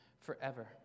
forever